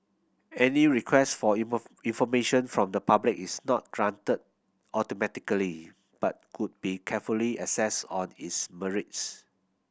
any request for information from the public is not granted automatically but would be carefully assessed on its merits